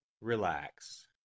relax